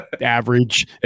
average